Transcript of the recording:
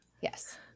yes